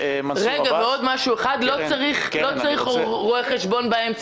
ועוד משהו אחד: לא צריך רואה חשבון באמצע?